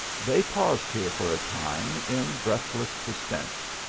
they paused here for a time in breathless suspense,